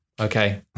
okay